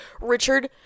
Richard